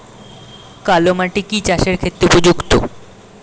কালো মাটি কি চাষের ক্ষেত্রে উপযুক্ত?